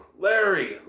Larry